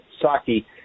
saki